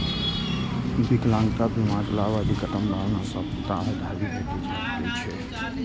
विकलांगता बीमाक लाभ अधिकतम बावन सप्ताह धरि भेटि सकै छै